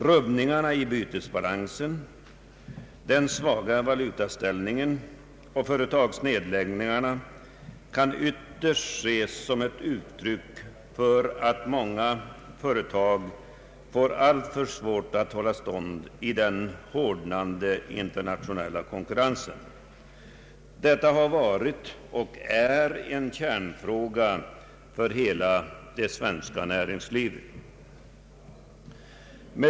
Rubbningarna i bytesbalansen, den svaga valutaställningen och = företagsnedläggningarna kan ytterst ses som uttryck för att många företag får allt svårare att hålla stånd i den hårdnande internationella konkurrensen. Detta har varit och är en kärnfråga för hela det svenska näringslivet.